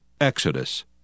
Exodus